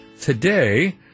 today